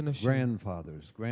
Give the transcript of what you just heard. grandfathers